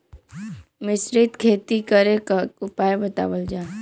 मिश्रित खेती करे क उपाय बतावल जा?